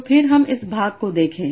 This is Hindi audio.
तो फिर हम इस भाग को देखें